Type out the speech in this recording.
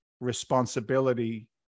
responsibility